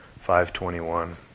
5.21